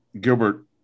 gilbert